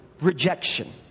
rejection